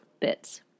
bits